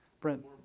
Brent